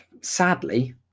sadly